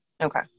Okay